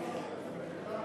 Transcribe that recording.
אתה בדיחה.